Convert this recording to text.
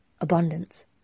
abundance